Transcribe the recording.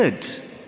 good